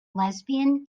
lesbian